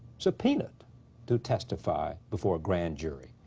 subpoenaed to testify before a grand jury,